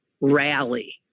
rally